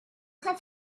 have